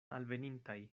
alvenintaj